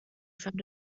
found